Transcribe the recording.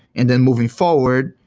and then moving forward,